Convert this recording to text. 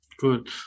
Good